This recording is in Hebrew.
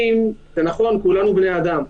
נכון, כולנו בני אדם,